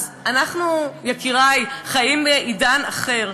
אז יקירי, אנחנו חיים בעידן אחר.